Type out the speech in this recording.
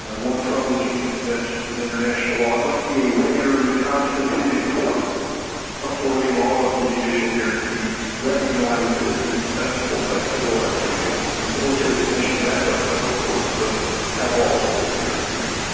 ah one from the geneva conventions in international law it must be a regularly constituted court affording all of the judicial guarantees recognised as indispensible by civilised peoples. and military commissions and our federal courts both have all of those guarantees.